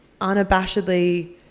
unabashedly